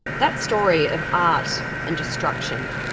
that story of art and destruction,